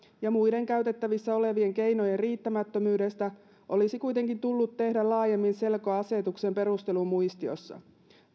ja muiden käytettävissä olevien keinojen riittämättömyydestä olisi kuitenkin tullut tehdä laajemmin selkoa asetuksen perustelumuistiossa